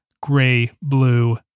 gray-blue